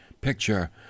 picture